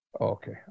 Okay